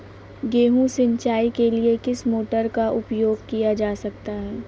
गेहूँ सिंचाई के लिए किस मोटर का उपयोग किया जा सकता है?